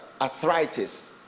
arthritis